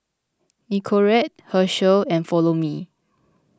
Nicorette Herschel and Follow Me